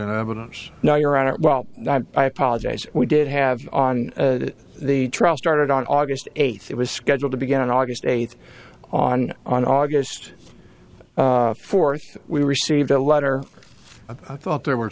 in evidence now your honor i apologize we did have on the trial started on august eighth it was scheduled to begin on august eighth on on august force we received a letter i thought there were